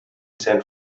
san